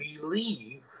believe